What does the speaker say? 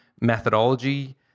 methodology